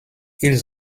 ils